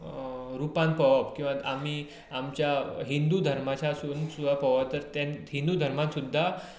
रुपान पळोवप किंवा आमी आमच्या हिंदु धर्माच्या सून सुदा पळोवप तर ते हिंदु धर्मान सुदा